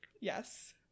Yes